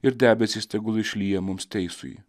ir debesys tegul išlyja mums teisųjį